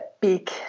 big